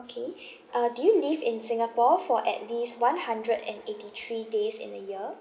okay uh do you live in singapore for at least one hundred and eighty three days in a year